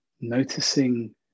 Noticing